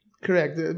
Correct